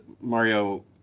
mario